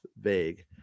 Vague